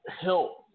help